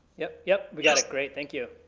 yep yep, we got it great, thank you.